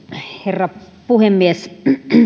herra puhemies